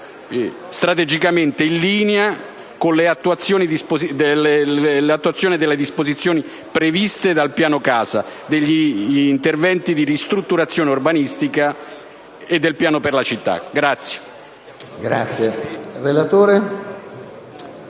strategicamente in linea con l’attuazione delle disposizioni previste dal piano casa, degli interventi di ristrutturazione urbanistica e del piano per le citta`.